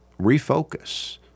Refocus